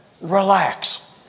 Relax